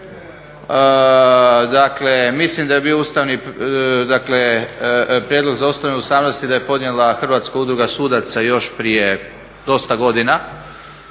dakle mislim da bi Ustavni, dakle prijedlog za … ustavnosti da je podnijela Hrvatska udruga sudaca još prije dosta godina,